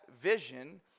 vision